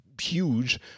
huge